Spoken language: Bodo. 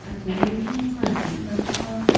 आथिखालनि मानसिफ्राथ'